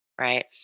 right